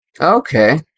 Okay